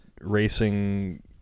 racing